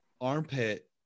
armpit